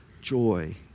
joy